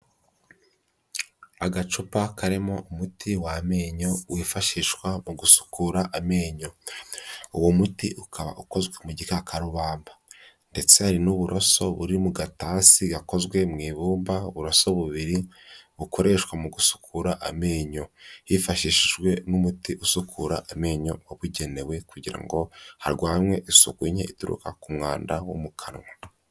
Agacupa karimo umuti w'amenyo, wifashishwa mu gusukura amenyo. Uwo muti ukaba ukozwe mu gikakarubamba. Ndetse hari n'uburoso, buri mu gatasi, gakozwe mu ibumba, uburoso bubiri, bukoreshwa mu gusukura amenyo. Hifashishijwe n'umuti usukura amenyo wabugenewe kugira ngo harwanwe isuku nke ituruka ku mwanda, wo mu kanwa.